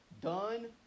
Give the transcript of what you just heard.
done